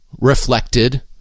reflected